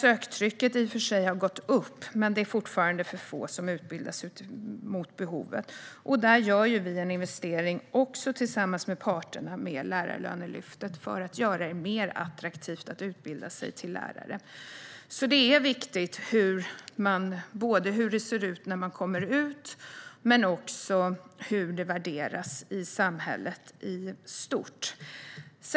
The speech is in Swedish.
Söktrycket har i och för sig gått upp, men det är fortfarande för få som utbildar sig mot behovet. Där gör vi en investering också tillsammans med parterna, med lärarlönelyftet, för att göra det mer attraktivt att utbilda sig till lärare, för det är ju viktigt både hur det ser ut när man kommer ut och hur det värderas i samhället i stort.